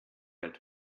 alt